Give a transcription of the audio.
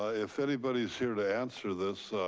ah if anybody's here to answer this,